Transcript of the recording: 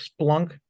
Splunk